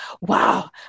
wow